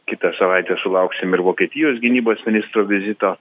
kitą savaitę sulauksim ir vokietijos gynybos ministro vizito